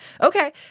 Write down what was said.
Okay